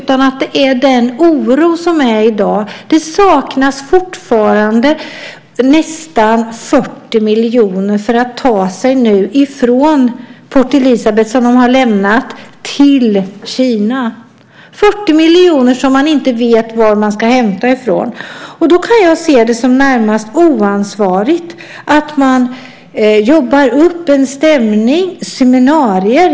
Det finns en oro i dag. Det saknas nämligen fortfarande nästan 40 miljoner kronor för att ta sig från Port Elizabeth, som skeppet lämnat, till Kina - 40 miljoner som man inte vet var man ska hämta. Jag kan se det som närmast oansvarigt att man jobbar upp en stämning och seminarier.